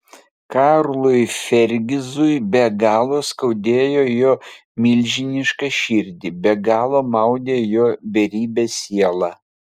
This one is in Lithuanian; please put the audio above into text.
karlui fergizui be galo skaudėjo jo milžinišką širdį be galo maudė jo beribę sielą